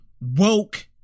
woke